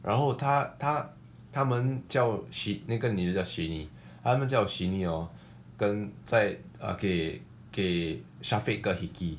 然后他他他们叫 shee~ 那个女的叫 sheeny 他们叫 sheeny orh 跟在给给 syafiq 一个 rickey